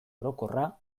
orokorra